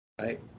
Right